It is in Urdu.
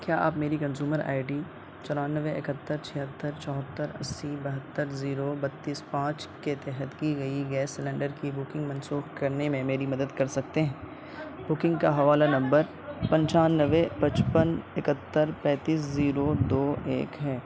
کیا آپ میری کنزیومر آئی ڈی چورانوے اکہتر چھہتر چوہتر اسی بہتر زیرو بتیس پانچ کے تحت کی گئی گیس سلنڈر کی بکنگ منسوخ کرنے میں میری مدد کر سکتے ہیں بکنگ کا حوالہ نمبر پنچانوے پچپن اکہتر پینتیس زیرو دو ایک ہے